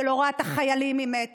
שלא רואה את החיילים ממטר,